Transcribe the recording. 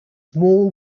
small